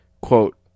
quote